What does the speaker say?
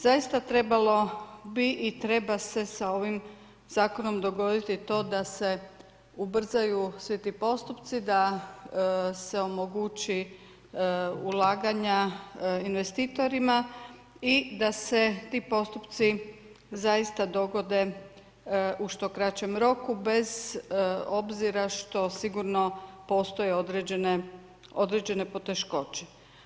Zaista trebalo bi i treba se sa ovim zakonom dogoditi to da se ubrzaju svi ti postupci, da se omogući ulaganja investitorima i da se ti postupci zaista dogode u što kraćem roku bez obzira što sigurno postoje određene poteškoće.